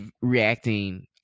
reacting